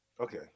Okay